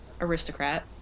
aristocrat